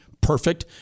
perfect